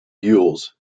gules